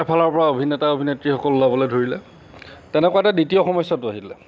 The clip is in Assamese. এফালৰ পৰা অভিনেতা অভিনেত্ৰীসকল ওলাবলৈ ধৰিলে তেনেকুৱাতে দ্বিতীয় সমস্যাটো আহিলে